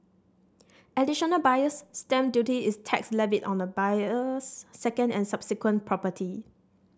additional Buyer's Stamp Duty is tax levied on a buyer's second and subsequent property